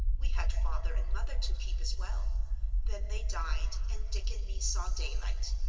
we had father and mother to keep as well then they died, and dick and me saw daylight.